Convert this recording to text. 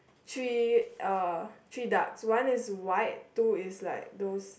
three uh three ducks one is white two is like those